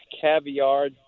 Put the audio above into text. caviar